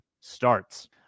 starts